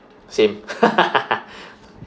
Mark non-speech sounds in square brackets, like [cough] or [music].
same [laughs]